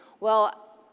well,